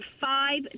five